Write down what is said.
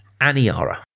aniara